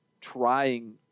trying –